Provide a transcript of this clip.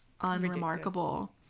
unremarkable